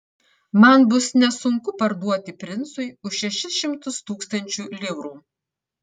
man bus nesunku parduoti princui už šešis šimtus tūkstančių livrų